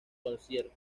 conciertos